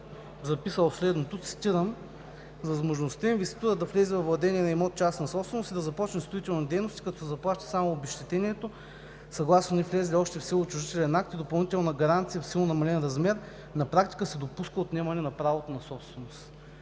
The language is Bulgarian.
записал следното: „С възможността инвеститорът да влезе във владение на имот частна собственост и да започне строителни дейности, като се заплаща само обезщетението, съгласно невлезлия още в сила отчуждителен акт и допълнителна гаранция в силно намален размер, на практика се допуска отнемане на правото на собственост.“